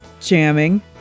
jamming